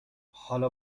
حالا